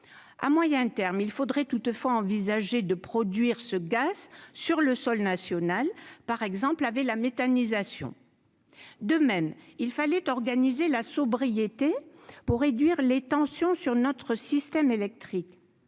à moyen terme, il faudrait toutefois envisager de produire ce gaz sur le sol national, par exemple, laver la méthanisation, de même il fallait organiser la sobriété pour réduire les tensions sur notre système électrique,